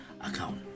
account